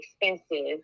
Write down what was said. expensive